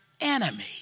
enemy